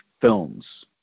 films